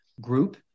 group